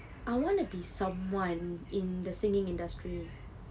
I wanna be someone in the singing industry